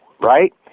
Right